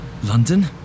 London